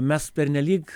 mes pernelyg